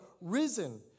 risen